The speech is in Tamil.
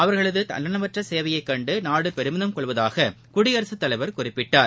அவர்களதுதன்னலமற்றசேவையைகண்டுநாடுபெருமிதம் கொள்வதாககுடியரகத்தலைவர் குறிப்பிட்டார்